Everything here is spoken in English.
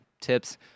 tips